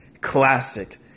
classic